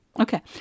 Okay